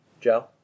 Joe